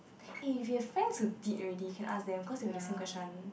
if you have friends who did already can ask them cause it will be the same question